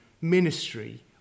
ministry